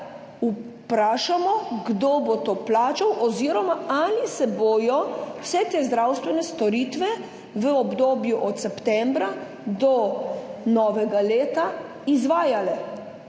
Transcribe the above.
vprašamo, kdo bo to plačal oziroma ali se bodo vse te zdravstvene storitve v obdobju od septembra do novega leta izvajale?